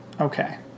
Okay